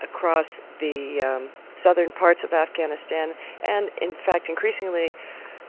across the um southern parts of afghanistan and in fact increasingly